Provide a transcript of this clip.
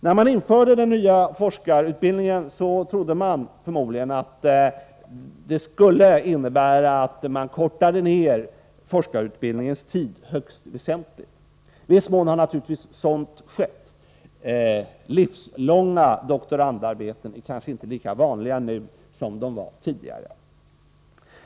När man införde den nya forskarutbildningen trodde man förmodligen att denna skulle innebära en högst väsentlig nedkortning av tiden för forskarutbildningen. Delvis har man naturligtvis fått en sådan effekt. Livslånga doktorandarbeten är kanske inte lika vanliga nu som de var tidigare.